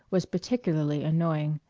was particularly annoying.